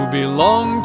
belong